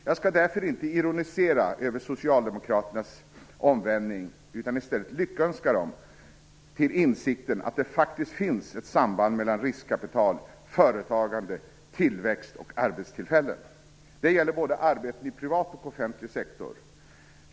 Jag skall därför inte ironisera över socialdemokraternas omvändning utan i stället lyckönska dem till insikten att det faktiskt finns ett samband mellan riskkapital, företagande, tillväxt och arbetstillfällen. Det gäller arbeten både i privat och i offentlig sektor.